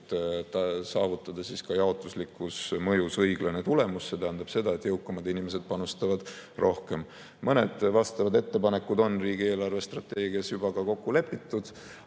saavutada jaotuslikus mõjus õiglane tulemus. See tähendab seda, et jõukamad inimesed panustavad rohkem. Mõned vastavad ettepanekud on riigi eelarvestrateegias juba kokku lepitud,